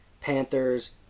Panthers